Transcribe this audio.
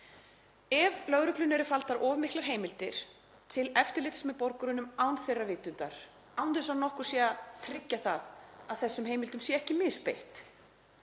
Ef lögreglunni eru faldar of miklar heimildir til eftirlits með borgurunum án þeirra vitundar, án þess að nokkuð sé til að tryggja það að þessum heimildum sé ekki misbeitt,